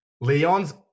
Leon's